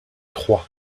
trois